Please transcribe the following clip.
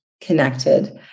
connected